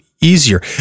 easier